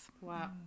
Wow